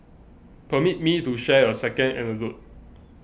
permit me to share a second anecdote